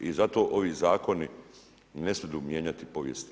I zato ovi zakoni ne smidu mijenjati povijest.